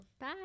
bye